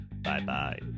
Bye-bye